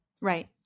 Right